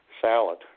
salad